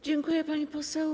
Dziękuję, pani poseł.